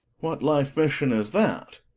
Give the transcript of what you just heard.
what life-mission is that?